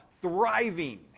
thriving